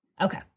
Okay